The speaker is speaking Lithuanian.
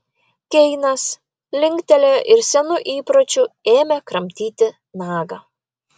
keinas linktelėjo ir senu įpročiu ėmė kramtyti nagą